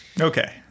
Okay